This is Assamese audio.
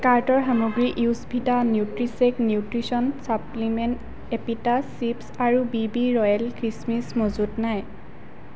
কাৰ্টৰ সামগ্ৰী য়োছভিটা নিউট্ৰিশ্বেক নিউট্ৰিচন চাপ্লিমেণ্ট এপিটাছ চিপ্ছ আৰু বিবি ৰ'য়েল কিচমিচ মজুত নাই